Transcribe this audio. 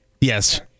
yes